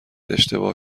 اشتباه